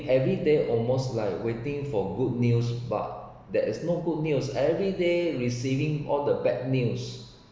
every day almost like waiting for good news but that is no good news every day receiving all the bad news